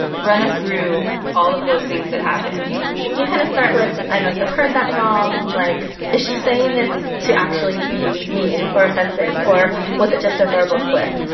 run us through all of those things that happened you kind of start with, i must have heard that wrong. like, is she saying this to actually be mean or offensive? or was it just a verbal slip?